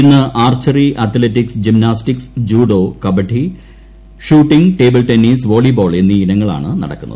ഇന്ന് archery athletics gymnastics judo kabaddi shooting table tennis volleyball എന്നീ ഇനങ്ങളാണ് നടക്കുന്നത്